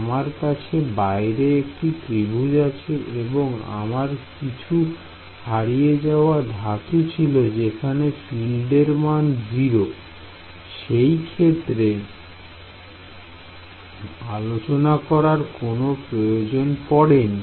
আমার কাছে বাইরে একটি ত্রিভুজ আছে এবং আমার কিছু হারিয়ে যাও ধাতু ছিল যেখানে ফিল্ডের মান 0 সেই ক্ষেত্রে আলোচনা করার কোনো প্রয়োজন পড়েনি